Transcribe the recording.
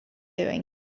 doing